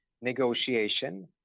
negotiation